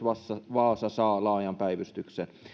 vaasa saa laajan päivystyksen